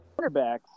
quarterbacks